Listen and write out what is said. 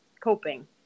coping